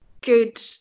good